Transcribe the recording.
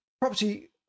property